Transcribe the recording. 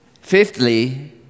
Fifthly